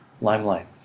limelight